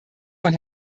von